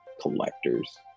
collectors